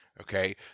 Okay